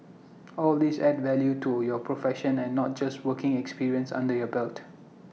all these add value to your profession and not just working experience under your belt